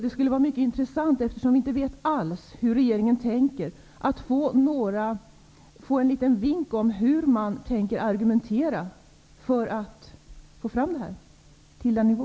Det skulle vara intressant, eftersom vi inte alls vet hur regeringen tänker, att få en vink om hur man tänker agera för att behålla stödet på nuvarande nivå.